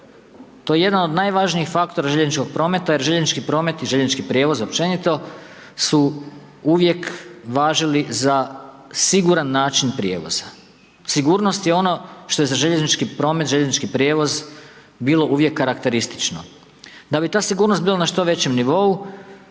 To je jedna od najvažnijih faktora željezničkog prometa jer željeznički promet i željeznički prijevoz općenito su uvijek važili za siguran način prijevoza. Sigurnost je ono što je za željeznički promet, željeznički prijevoz bilo uvijek karakteristično. Da bi ta sigurnost bila na što većem nivou